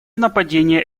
нападения